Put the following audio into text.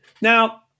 Now